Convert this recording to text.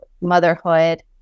motherhood